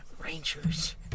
Rangers